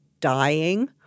Dying